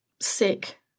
sick